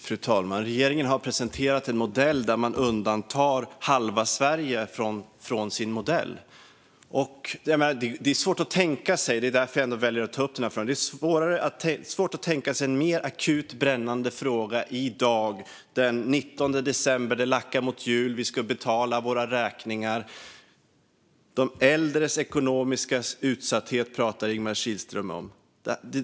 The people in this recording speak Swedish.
Fru talman! Regeringen har presenterat en modell där man undantar halva Sverige från sin modell. Det är svårt att tänka sig en mer akut och brännande fråga i dag den 19 december när det lackar mot jul och vi ska betala våra räkningar. Ingemar Kihlström talar om de äldres ekonomiska utsatthet.